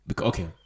Okay